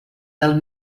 del